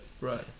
Right